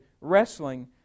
wrestling